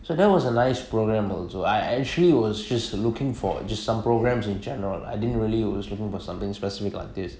so that was a nice program also I actually was just looking for just some programs in general I didn't really always looking for something specific like this